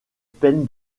peine